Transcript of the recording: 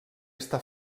estar